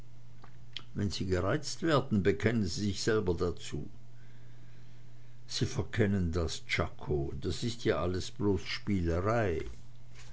wenn sie gereizt werden bekennen sie sich selber dazu sie verkennen das czako das alles ist ja bloß spielerei